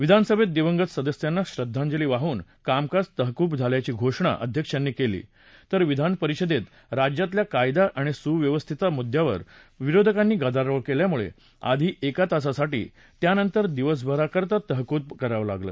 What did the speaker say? विधानसभेत दिवंगत सदस्यांना श्रद्वांजली वाहून कामकाज तहकूब झाल्याची घोषणा अध्यक्षांनी केली तर विधानपरिषदेत राज्यातल्या कायदा आणि सुवव्यस्थेच्या मुद्यावर विरोधकांनी गदारोळ केल्यामुळे आधी एका तासासाठी त्यानंतर दिवसभराकरता तहकूब करावं लागलं